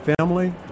family